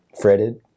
fretted